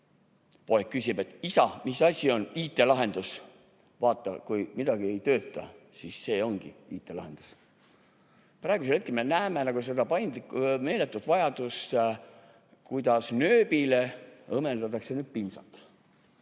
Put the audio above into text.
"Poeg küsib: "Isa, mis asi on IT-lahendus?" – "Vaata, kui midagi ei tööta, siis see ongi IT-lahendus."" Praegu me näeme seda meeletut vajadust, kuidas nööbile õmmeldakse külge pintsak.